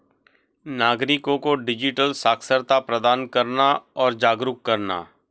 नागरिको को डिजिटल साक्षरता प्रदान करना और जागरूक करना